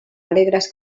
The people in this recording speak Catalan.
alegres